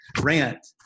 rant